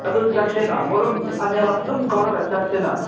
ꯑꯗꯨ ꯆꯠꯁꯦꯅ ꯃꯔꯨꯞ ꯑꯅꯤ ꯑꯍꯨꯝ ꯗꯨꯝ ꯀꯧꯔꯒ ꯆꯠꯁꯦꯅꯥ